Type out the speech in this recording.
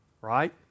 right